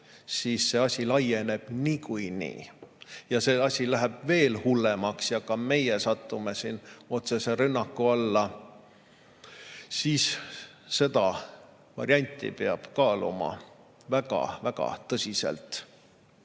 siis see asi laieneb niikuinii ja läheb veel hullemaks ja ka meie satume siin otsese rünnaku alla, siis seda varianti peab kaaluma väga-väga tõsiselt.